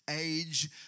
age